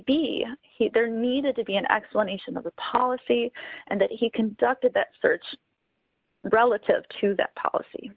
be he there needed to be an explanation of the policy and that he conducted that search relative to that policy